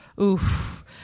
Oof